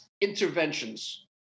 interventions